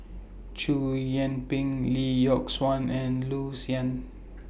Chow Yian Ping Lee Yock Suan and Loo Zihan